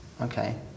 okay